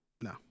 No